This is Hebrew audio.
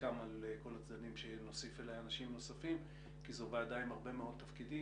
יוסכם על כל הצדדים שנוסיף אליה אנשים כי זו ועדה עם הרבה מאוד תפקידים.